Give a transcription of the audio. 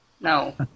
No